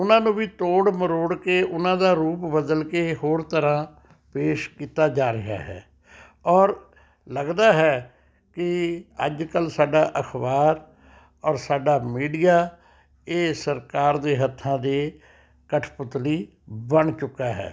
ਉਹਨਾਂ ਨੂੰ ਵੀ ਤੋੜ ਮਰੋੜ ਕੇ ਉਹਨਾਂ ਦਾ ਰੂਪ ਬਦਲ ਕੇ ਹੋਰ ਤਰ੍ਹਾਂ ਪੇਸ਼ ਕੀਤਾ ਜਾ ਰਿਹਾ ਹੈ ਔਰ ਲਗਦਾ ਹੈ ਕਿ ਅੱਜ ਕੱਲ੍ਹ ਸਾਡਾ ਅਖ਼ਬਾਰ ਔਰ ਸਾਡਾ ਮੀਡੀਆ ਇਹ ਸਰਕਾਰ ਦੇ ਹੱਥਾਂ ਦੇ ਕਠਪੁਤਲੀ ਬਣ ਚੁੱਕਾ ਹੈ